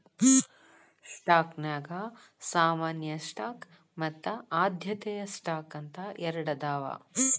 ಸ್ಟಾಕ್ನ್ಯಾಗ ಸಾಮಾನ್ಯ ಸ್ಟಾಕ್ ಮತ್ತ ಆದ್ಯತೆಯ ಸ್ಟಾಕ್ ಅಂತ ಎರಡದಾವ